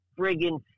friggin